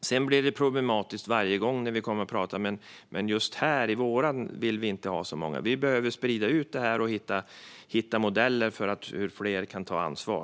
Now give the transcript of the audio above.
Sedan blir det problematiskt varje gång man kommer och säger att man inte vill ha så många just hos sig. Vi behöver sprida ut detta och hitta modeller för hur fler kan ta ansvar.